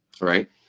right